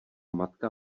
matka